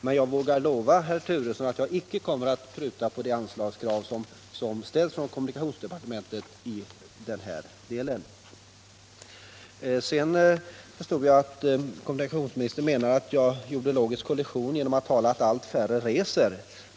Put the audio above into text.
Men jag vågar lova herr Turesson att jag icke kommer att pruta på de anslagskrav som ställs från kommunikationsdepartementet i denna del. Jag förstod att kommunikationsministern menade att jag gjorde mig skyldig till en logisk kollision genom att tala om att allt färre reser.